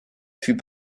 fut